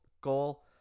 goal